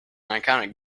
iconic